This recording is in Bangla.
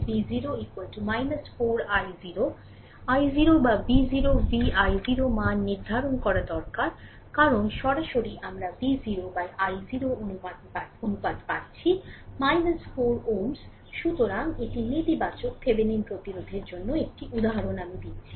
সুতরাং i0 বা V0 V i0 মান নির্ধারণ করা দরকার কারণ সরাসরি আমরা V0 i0 অনুপাত পাচ্ছি 4 Ω Ω সুতরাং এটি নেতিবাচক Thevenin প্রতিরোধের জন্য একটি উদাহরণ আমি দিচ্ছি